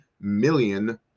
million